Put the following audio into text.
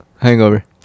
Hangover